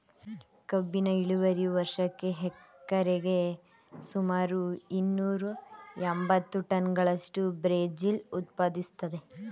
ಕಬ್ಬಿನ ಇಳುವರಿಯು ವರ್ಷಕ್ಕೆ ಹೆಕ್ಟೇರಿಗೆ ಸುಮಾರು ಇನ್ನೂರ ಎಂಬತ್ತು ಟನ್ಗಳಷ್ಟು ಬ್ರೆಜಿಲ್ ಉತ್ಪಾದಿಸ್ತದೆ